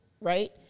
Right